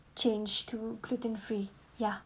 change to gluten free ya